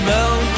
Mel